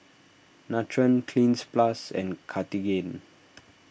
Nutren Cleanz Plus and Cartigain